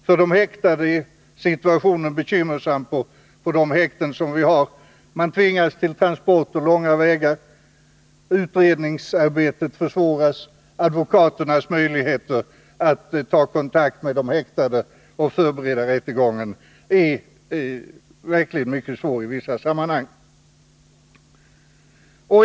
För de häktade är situationen bekymmersam på de häkten som vi har. Man tvingas till transporter långa vägar. Utredningsarbetet försvåras, och advokaternas möjligheter att ta kontakt med de häktade och förbereda rättegång är verkligen mycket små i vissa sammanhang.